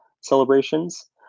celebrations